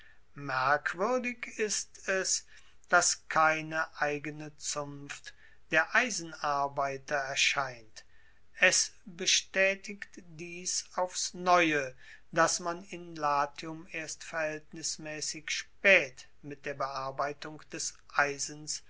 merkwuerdig ist es dass keine eigene zunft der eisenarbeiter erscheint es bestaetigt dies aufs neue dass man in latium erst verhaeltnismaessig spaet mit der bearbeitung des eisens